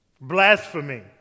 blasphemy